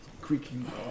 creaking